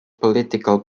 political